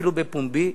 אפילו בפומבי: